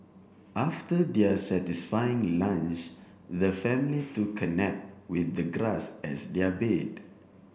after their satisfying lunch the family took a nap with the grass as their bed